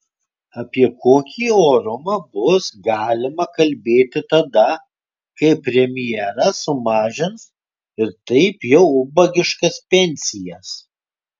apie kokį orumą bus galima kalbėti tada kai premjeras sumažins ir taip jau ubagiškas pensijas